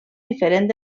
diferent